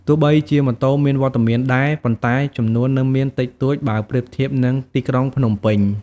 ទោះបីជាម៉ូតូមានវត្តមានដែរ ប៉ុន្តែចំនួននៅមានតិចតួចបើប្រៀបធៀបនឹងទីក្រុងភ្នំពេញ។